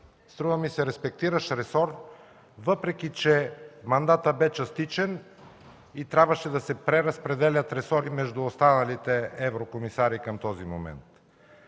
струва ми се, респектиращ ресор, въпреки че мандатът бе частичен и трябваше да се преразпределят ресори между останалите еврокомисари към този момент.